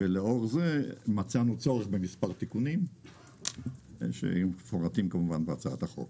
ולאור זה מצאנו צורך במספר תיקונים שמפורטים בהצעת החוק.